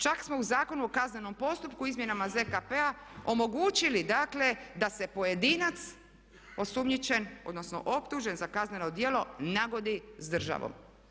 Čak smo u Zakonu o kaznenom postupku, izmjenama ZKP-a omogućili dakle da se pojedinac osumnjičen, odnosno optužen za kazneno djelo nagodi s državom.